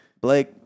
Blake